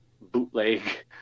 bootleg